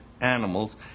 animals